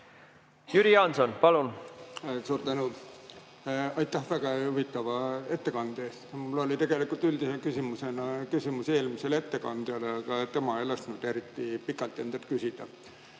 Jüri Jaanson, palun! Suur tänu! Aitäh väga huvitava ettekande eest! Mul oli tegelikult üldise küsimusena küsimus eelmisele ettekandjale, aga tema ei lasknud eriti pikalt endalt küsida.